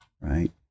right